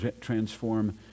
transform